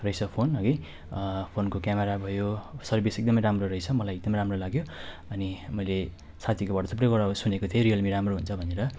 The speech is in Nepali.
रहेछ फोन हगि फोनको क्यामरा भयो सर्विस एकदमै राम्रो रहेछ मलाई एकदमै राम्रो लाग्यो अनि मैले साथीकोबाट थुप्रैबाट सुनेको थिएँ रियलमी राम्रो हुन्छ भनेर